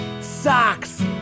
Socks